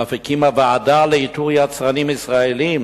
ואף הקימה ועדה לאיתור יצרנים ישראלים